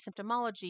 symptomology